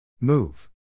Move